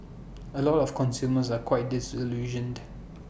A lot of consumers are quite disillusioned